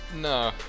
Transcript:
No